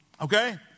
okay